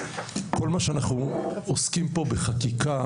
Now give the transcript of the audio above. כל מה שאנחנו עוסקים פה בחקיקה,